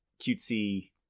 cutesy